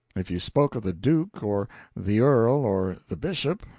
if you spoke of the duke, or the earl, or the bishop,